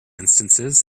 instances